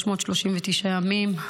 339 ימים,